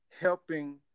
helping